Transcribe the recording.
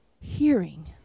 Hearing